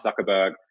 Zuckerberg